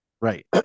right